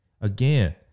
again